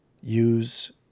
use